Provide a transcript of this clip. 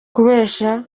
kubeshya